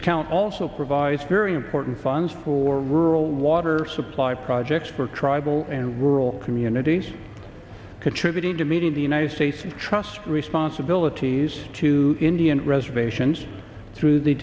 account also provides very important funds for rural water supply projects for tribal and rural communities contributing to meeting the united states of trust responsibilities to indian reservations through the